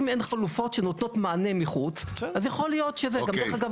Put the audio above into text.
אם אין חלופות שנותנות מענה מבחוץ אז יכול להיות שזה --- אגב,